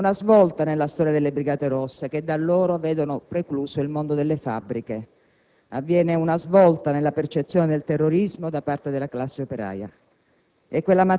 È una svolta nella storia delle Brigate Rosse che, da allora, vedono precluso il mondo delle fabbriche. Avviene una svolta nella percezione del terrorismo da parte della classe operaia.